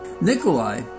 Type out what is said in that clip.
Nikolai